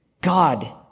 God